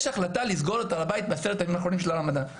יש החלטה לסגור את הר הבית בעשרת הימים האחרונים של הרמדאן.